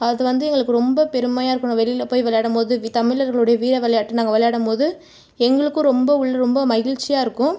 அது வந்து எங்களுக்கு ரொம்ப பெருமையாக இருக்கும் நான் வெளியில் போய் விளையாடும் போது தமிழர்களுடைய வீர விளையாட்டை நாங்கள் விளையாடும் போது எங்களுக்கும் ரொம்ப உள்ளே ரொம்ப மகிழ்ச்சியாக இருக்கும்